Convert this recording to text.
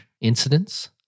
incidents